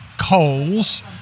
coals